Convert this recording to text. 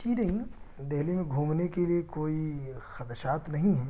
جی نہیں دہلی میں گھومنے کے لیے کوئی خدشات نہیں ہیں